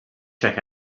check